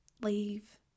leave